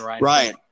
Right